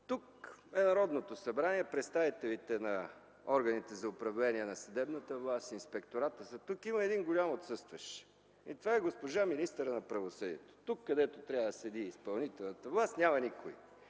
тук е Народното събрание, представителите на органите за управление на съдебната власт, тук са и от Инспектората. Има обаче един голям отсъстващ – госпожа министърът на правосъдието. Тук, където трябва да седи изпълнителната власт, няма никой.